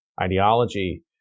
ideology